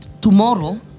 Tomorrow